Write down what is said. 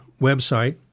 website